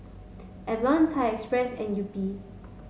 Avalon Thai Express and Yupi